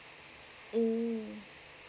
mm